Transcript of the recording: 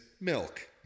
milk